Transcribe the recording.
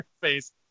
face